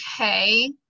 okay